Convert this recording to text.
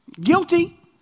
guilty